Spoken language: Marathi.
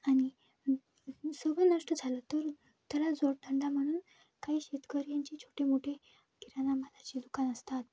आणि सर्व नष्ट झालं तर त्याला जोडधंदा म्हणून काही शेतकऱ्यांचे छोटे मोठे किराणामालाचे दुकान असतात